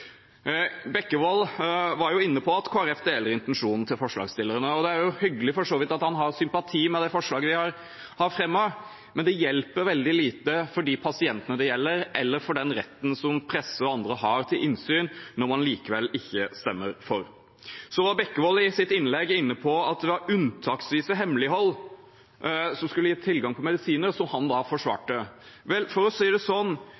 Bekkevold var inne på at Kristelig Folkeparti deler intensjonen til forslagsstillerne. Det er for så vidt hyggelig at han har sympati for det forslaget vi har fremmet, men det hjelper veldig lite for de pasientene det gjelder, eller for den retten som presse og andre har til innsyn, når man likevel ikke stemmer for. Så var Bekkevold i sitt innlegg inne på at hemmelighold unntaksvis skulle gi tilgang på medisiner, som han da forsvarte. Vel, for å si det sånn: